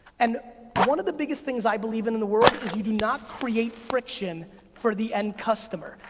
and one of the biggest things i believe in in the world is you do not create friction for the end customer.